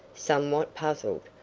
somewhat puzzled.